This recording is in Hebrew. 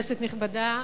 כנסת נכבדה,